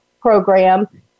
program